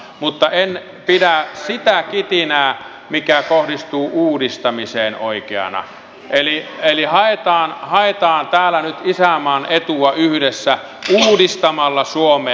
mutta en pidä sitä kitinää mikä kohdistuu uudistamiseen oikeana eli haetaan täällä nyt isänmaan etua yhdessä uudistamalla suomea